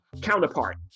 Counterpart